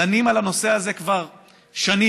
דנים על הנושא הזה כבר שנים,